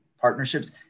Partnerships